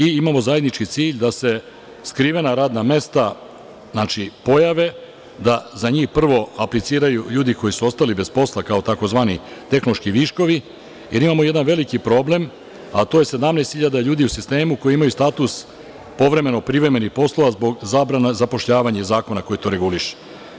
Imamo zajednički cilj da se skrivena radna mesta, znači pojave da za njih prvo apliciraju ljudi koji su ostali bez posla, kao tzv. tehnološki viškovi, jer imamo jedan veliki problem, a to je 17.000 ljudi u sistemu koji imaju status povremeno privremenih poslova zbog zabrane zapošljavanja iz zakona koji to reguliše.